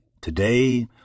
Today